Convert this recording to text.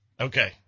Okay